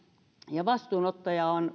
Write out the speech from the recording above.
ja vastuunottajaa on